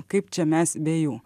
kaip čia mes be jų